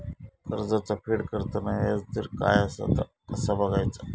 कर्जाचा फेड करताना याजदर काय असा ता कसा बगायचा?